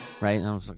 Right